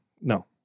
no